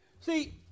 See